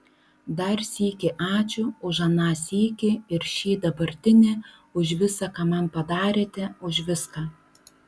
dar sykį ačiū už aną sykį ir šį dabartinį už visa ką man padarėte už viską